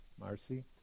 Marcy